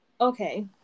Okay